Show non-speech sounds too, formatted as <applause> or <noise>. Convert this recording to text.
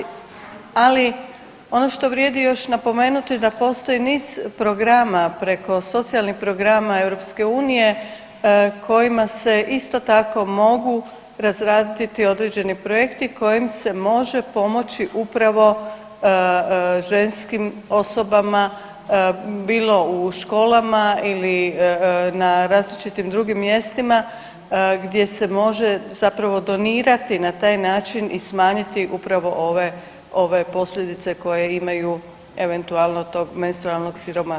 Ali, ono što vrijedi još napomenuti, da postoji niz programa preko socijalnih programa EU kojima se isto tako mogu ... <unintelligible> određeni projekti kojim se može pomoći upravo ženskim osobama, bilo u školama ili na različitim drugim mjestima gdje se može zapravo donirati na taj način i smanjiti upravo ove posljedice koje imaju eventualno tog menstrualnog siromaštva.